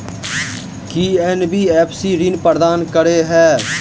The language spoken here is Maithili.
की एन.बी.एफ.सी ऋण प्रदान करे है?